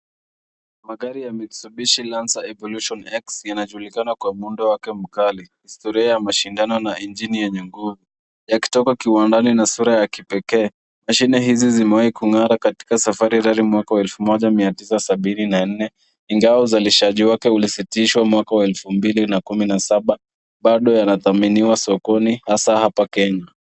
Magari ya MItsubishi Lance Evolution X yanajulikana kwa mundo wake mkali, historia ya mashindano na injini yenye nguvu yakitoka kiwandani na muundo wa kipekee. Mashine haya yamewahi kung'ara katika safari rally mwaka wa 1974. Ingawa uzalishaji wake ulisitishwa mwaka wa 2017, bado yanathaminiwa sokoni hasa apa Kenya.